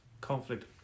conflict